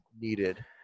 needed